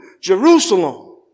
Jerusalem